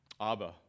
Abba